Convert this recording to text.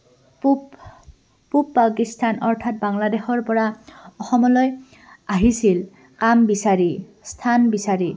পূব পূব পাকিস্তান অৰ্থাৎ বাংলাদেশৰ পৰা অসমলৈ আহিছিল কাম বিচাৰি স্থান বিচাৰি